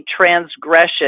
transgression